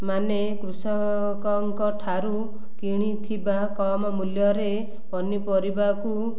ମାନେ କୃଷକଙ୍କ ଠାରୁ କିଣିଥିବା କମ ମୂଲ୍ୟରେ ପନିପରିବାକୁ